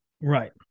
right